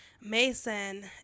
Mason